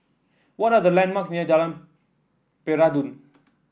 what are the landmarks near Jalan Peradun